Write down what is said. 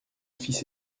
fils